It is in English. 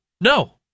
No